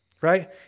right